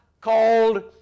called